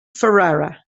ferrara